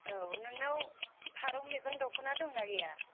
औ नोंनाव फारौ मेगन दखना दंना गैया